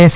S